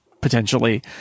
potentially